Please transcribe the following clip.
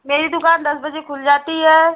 मेरी दुकान दस बजे खुल जाती है